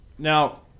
Now